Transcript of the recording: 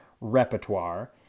repertoire